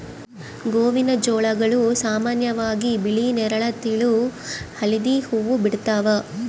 ಗೋವಿನಜೋಳಗಳು ಸಾಮಾನ್ಯವಾಗಿ ಬಿಳಿ ನೇರಳ ತೆಳು ಹಳದಿ ಹೂವು ಬಿಡ್ತವ